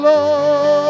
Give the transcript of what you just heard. Lord